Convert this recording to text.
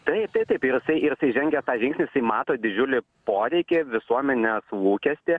taip tai taip ir jisai ir jisai žengia tą žingsnį mato didžiulį poreikį visuomenės lūkestį